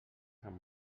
sant